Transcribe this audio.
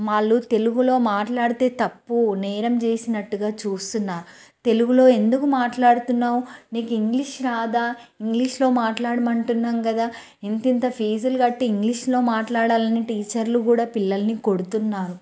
వాళ్ళు తెలుగులో మాట్లాడితే తప్పు నేరం చేసినట్టుగా చూస్తున్న తెలుగులో ఎందుకు మాట్లాడుతున్నావు నీకు ఇంగ్లిష్ రాదా ఇంగ్లీష్లో మాట్లాడమంటున్నాము కదా ఇంత ఇంత ఫీజులు కట్టి ఇంగ్లీషులో మాట్లాడాలి అని టీచర్లు కూడా పిల్లలను కొడుతున్నారు